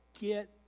Get